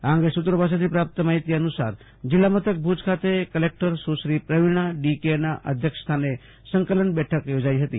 આ અંગે સુત્રો પાસેથી મળતી માહિતી અનુસાર જીલ્લા મથક ભુજ ખાતે કલેકટર સુશ્રી પ્રવીણ ડી કે ના અધ્યક્ષ સ્થાને સંકલનની બેઠક થોજાઈ હતી